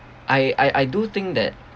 I I I do think that